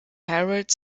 herald